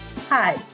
Hi